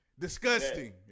disgusting